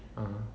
(uh huh)